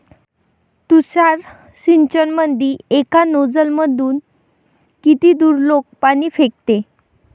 तुषार सिंचनमंदी एका नोजल मधून किती दुरलोक पाणी फेकते?